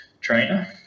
trainer